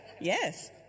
Yes